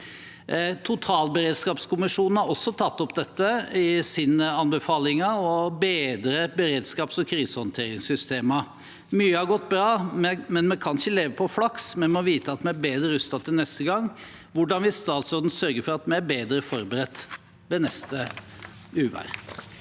Totalberedskapskommisjonen har også tatt opp dette i sine anbefalinger om å bedre beredskaps- og krisehåndteringssystemene. Mye har gått bra, men vi kan ikke leve på flaks; vi må vite at vi er bedre rustet til neste gang. Hvordan vil statsråden sørge for at vi er bedre forberedt til neste uvær?